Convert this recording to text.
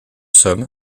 somme